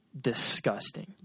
disgusting